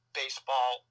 baseball